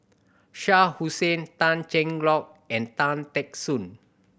Shah Hussain Tan Cheng Lock and Tan Teck Soon